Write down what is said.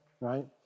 right